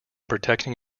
protecting